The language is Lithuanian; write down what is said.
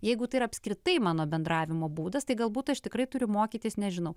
jeigu tai ir apskritai mano bendravimo būdas tai galbūt aš tikrai turiu mokytis nežinau